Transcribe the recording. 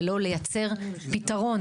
ולא לייצר פתרון